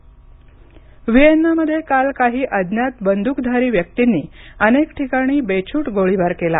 Vienna हल्ला व्हिएन्नामध्ये काल काही अज्ञात बंदूकधारी व्यक्तींनी अनेक ठिकाणी बेछूट गोळीबार केला